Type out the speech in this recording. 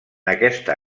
aquesta